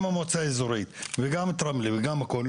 גם המועצה האזורית וגם את רמלה וגם הכול.